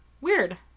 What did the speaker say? Weird